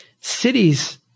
Cities